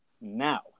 now